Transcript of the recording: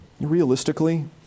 Realistically